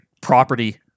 property